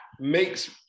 makes